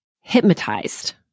hypnotized